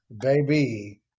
Baby